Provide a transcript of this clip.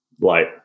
Light